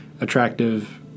attractive –